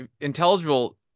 intelligible